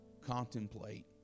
contemplate